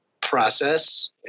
process